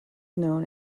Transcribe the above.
known